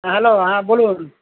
hello হ্যাঁ বলুন